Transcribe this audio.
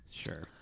sure